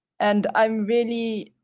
and i'm really,